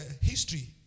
history